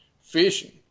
fishing